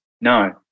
No